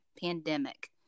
pandemic